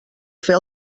fer